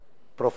"פרופסור"